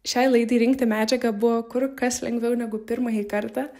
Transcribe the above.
šiai laidai rinkti medžiagą buvo kur kas lengviau negu pirmąjį kartą